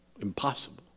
Impossible